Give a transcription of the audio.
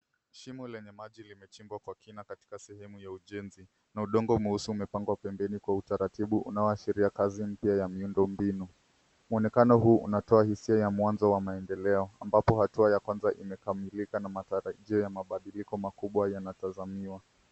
Shimo lenye maji limechimbwa kwa kina katika sehemu ya ujenzi na udongo mweusi umepandwa pembeni kwa utaratibu unao ashiria kazi mpya ya miundo mbinu. Mwonekano huu unatoa hisia ya mwanzo wa maendeleo ambapo hatua ya kwanza imekamilika na matarajio ya mabadiliko makubwa yanatazamiwa.